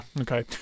Okay